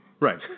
Right